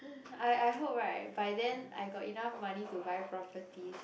mm I I hope right by then I got enough money to buy properties